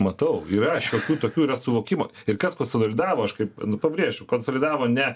matau yra šiokių tokių yra suvokimo ir kas konsolidavo aš kaip pabrėšiu konsolidavo ne